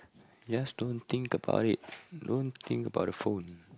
just don't think about it don't think about the phone